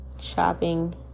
shopping